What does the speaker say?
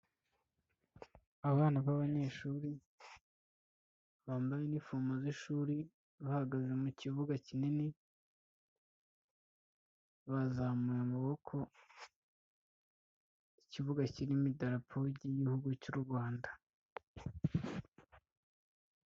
Abana b'abanyeshuri bambaye n'inifomo z'ishuri bahagaze mu kibuga kinini bazamuye amaboko ikibuga kirimo idarapo ry'igihugu cy'u Rwanda.